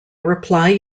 reply